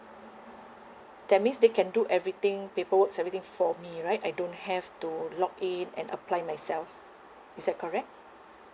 that means they can do everything paper works everything for me right I don't have to log in and apply myself is that correct